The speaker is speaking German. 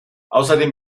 außerdem